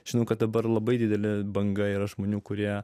žinau kad dabar labai didelė banga yra žmonių kurie